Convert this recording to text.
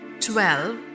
twelve